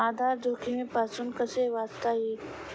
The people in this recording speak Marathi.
आधार जोखमीपासून कसे वाचता येईल?